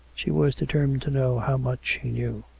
she was determined to know how much he knew.